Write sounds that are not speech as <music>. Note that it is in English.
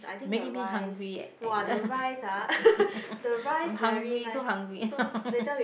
making me hungry eh Agnes <laughs> I'm hungry so hungry <laughs>